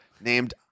named